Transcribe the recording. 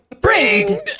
bring